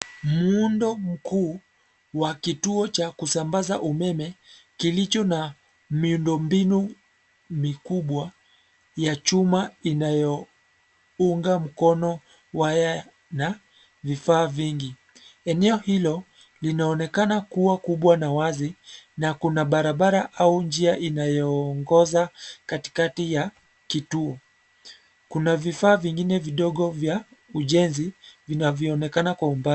Muundo mkuu, wa kituo cha kusambaza umeme, kilicho na, miundo mbinu, mikubwa, ya chuma inayo, unga mkono, waya, na, vifaa vingi, eneo hilo, linaonekana kuwa kubwa na wazi, na kuna barabara au njia inayoongoza, katikati ya, kituo, kuna vifaa vingine vidogo vya, ujenzi, vinavyoonekana kwa umbali.